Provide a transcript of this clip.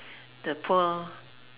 the poor